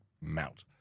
mount